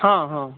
हॅं हॅं